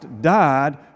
died